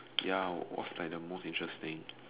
ya what's like the most interesting